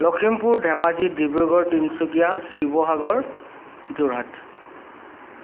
Lakhimpur Dhemaji Dibrugarh Tinsukia Sivasagar Jorhat